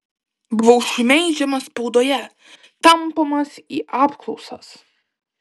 buvau šmeižiamas spaudoje tampomas į apklausas